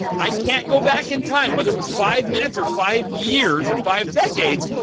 i can't go back in time whether it was five minutes or five years or five decades,